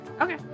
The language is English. Okay